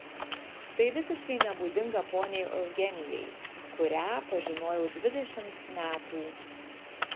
tai visiškai nebūdinga poniai eugenijai kurią pažinojau dvidešimt metų